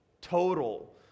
total